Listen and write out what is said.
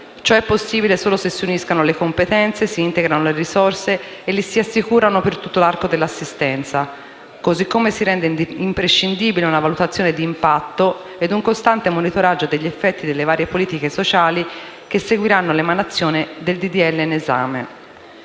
Ciò è possibile solo se si uniscono le competenze, si integrano le risorse e le si assicurano per tutto l'arco dell'esistenza. Così come si rende imprescindibile una valutazione di impatto ed un costante monitoraggio degli effetti delle varie politiche sociali che seguiranno l'emanazione di tale